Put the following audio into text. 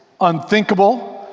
unthinkable